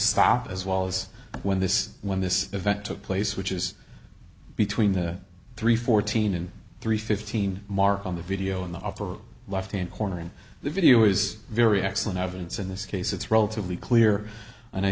stop as well as when this when this event took place which is between the three fourteen and three fifteen mark on the video in the upper left hand corner in the video is very excellent evidence in this case it's relatively clear and i